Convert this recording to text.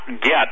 get